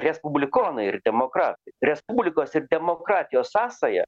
respublikonai ir demokratai respublikos ir demokratijos sąsaja